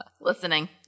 Listening